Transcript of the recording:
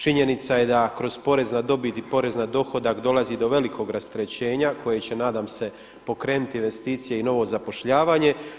Činjenica je da kroz porez na dobit i porez na dohodak dolazi do velikog rasterećenja koje će nadam se pokrenuti investicije i novo zapošljavanje.